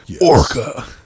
Orca